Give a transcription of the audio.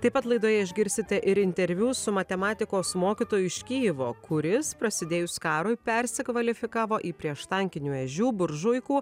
taip pat laidoje išgirsite ir interviu su matematikos mokytoju iš kyjivo kuris prasidėjus karui persikvalifikavo į prieštankinių ežių buržuikų